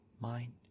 mind